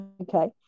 Okay